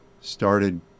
started